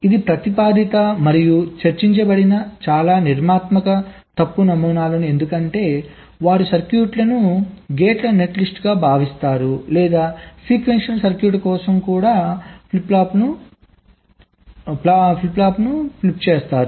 ఇవి ప్రతిపాదిత మరియు చర్చించబడిన చాలా నిర్మాణాత్మక తప్పు నమూనాలు ఎందుకంటే వారు సర్క్యూట్ను గేట్ల నెట్లిస్ట్గా భావిస్తారు లేదా సీక్వెన్షియల్ సర్క్యూట్ల కోసం కూడా ఫ్లాప్లను ఫిల్ప్ చేస్తారు